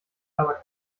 aber